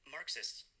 Marxists